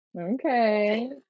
Okay